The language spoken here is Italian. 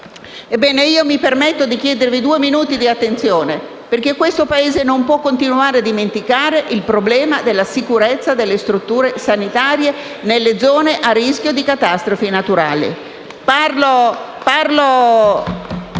Ebbene, mi permetto di chiedervi di prestare due minuti di attenzione, perché questo Paese non può continuare a dimenticare il problema della sicurezza delle strutture sanitarie nelle zone a rischio di catastrofi naturali. *(Applausi